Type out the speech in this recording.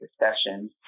discussion